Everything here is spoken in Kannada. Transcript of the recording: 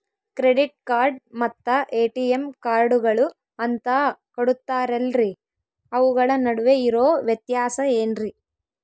ಕ್ರೆಡಿಟ್ ಕಾರ್ಡ್ ಮತ್ತ ಎ.ಟಿ.ಎಂ ಕಾರ್ಡುಗಳು ಅಂತಾ ಕೊಡುತ್ತಾರಲ್ರಿ ಅವುಗಳ ನಡುವೆ ಇರೋ ವ್ಯತ್ಯಾಸ ಏನ್ರಿ?